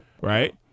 right